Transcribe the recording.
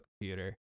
computer